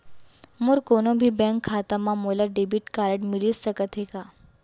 मोर कोनो भी बैंक खाता मा मोला डेबिट कारड मिलिस सकत हे का?